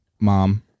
Mom